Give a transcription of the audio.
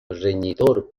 reñidor